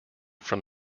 from